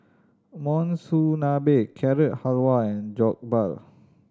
Monsunabe Carrot Halwa and Jokbal